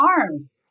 arms